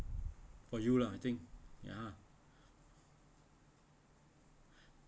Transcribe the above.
for you lah I think ya uh